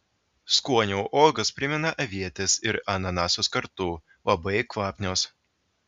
skoniu uogos primena avietes ir ananasus kartu labai kvapnios